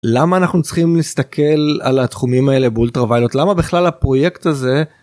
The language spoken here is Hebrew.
למה אנחנו צריכים להסתכל על התחומים האלה בולטרו ויילוט למה בכלל הפרויקט הזה.